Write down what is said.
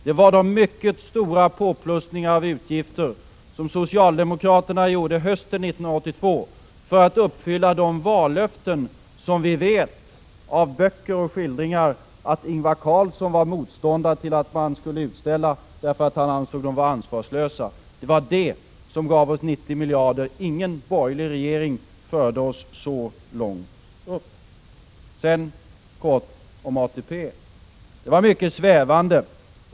Det handlade om de mycket stora påplussningarna i utgifter som socialdemokraterna gjorde hösten 1982 för att uppfylla de vallöften som vi av böcker och skildringar vet att Ingvar Carlsson var motståndare till att man skulle utställa, därför att han ansåg att de var ansvarslösa. Det var detta som gav oss 90 miljarder i budgetunderskott — ingen borgerlig regering förde oss så långt upp. Kort om ATP: Det Ingvar Carlsson sade var mycket svävande.